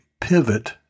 pivot